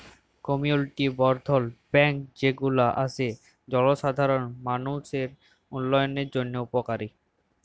community বর্ধল bank যে গুলা আসে জলসাধারল মালুষের উল্যয়নের জন্হে উপকারী